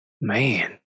Man